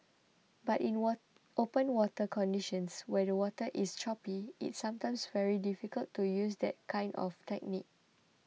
but in open water conditions where the water is choppy it's sometimes very difficult to use that kind of technique